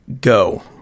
go